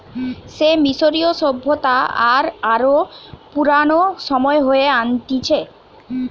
সে মিশরীয় সভ্যতা আর আরো পুরানো সময়ে হয়ে আনতিছে